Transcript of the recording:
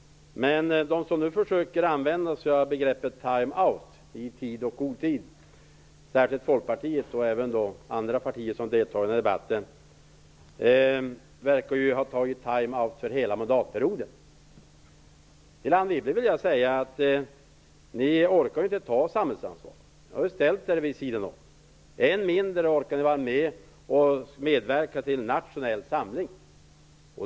Men de som nu använder sig av begreppet i tid och otid, särskilt Folkpartiet men även andra partier, verkar ha tagit time out för hela mandatperioden. Till Anne Wibble vill jag säga att ni inte orkar ta ett samhällsansvar. Ni har ställt er vid sidan om. Än mindre orkade ni medverka till nationell samling.